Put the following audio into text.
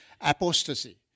apostasy